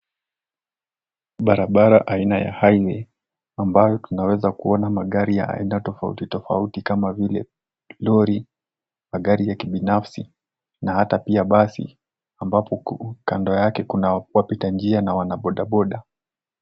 Barabara aina ya highway ambayo tunaweza kuona magari yaenda tofauti tofauti kama vile lori, magari ya kibinafsi na hata pia basi ambapo kando yake kuna wapitanjia na wanabodaboda.